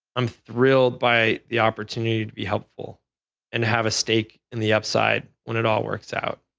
i'm thrilled by the opportunity to be helpful and have a steak in the upside when it all works out.